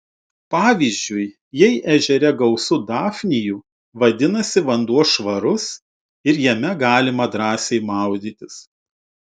pavyzdžiui jei ežere gausu dafnijų vadinasi vanduo švarus ir jame galima drąsiai maudytis